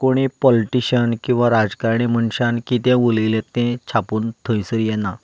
कोणूय पोलिटीशन किंवा राजकारणी मनशान कितें उलयलें तें छापून थंयसर येना